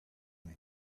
that